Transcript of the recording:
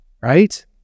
right